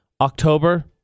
October